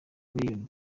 millions